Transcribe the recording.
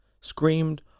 screamed